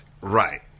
Right